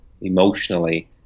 emotionally